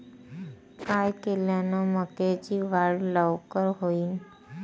काय केल्यान मक्याची वाढ लवकर होईन?